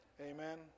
Amen